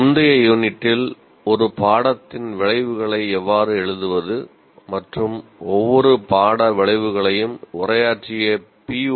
முந்தைய யூனிட்டில் ஒரு பாடத்தின் விளைவுகளை எவ்வாறு எழுதுவது மற்றும் ஒவ்வொரு பாட விளைவுகளையும் உரையாற்றிய பி